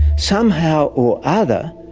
somehow or other,